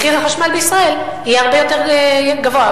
מחיר החשמל בישראל יהיה הרבה יותר גבוה,